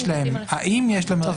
האם יש להם,